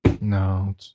No